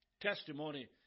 testimony